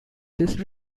this